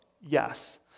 yes